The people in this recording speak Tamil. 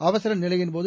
அவசர நிலையின்போது